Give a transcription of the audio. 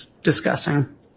discussing